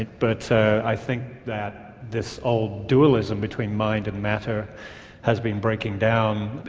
but i think that this old dualism between mind and matter has been breaking down.